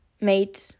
made